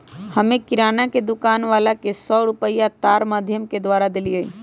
हम्मे किराना के दुकान वाला के सौ रुपईया तार माधियम के द्वारा देलीयी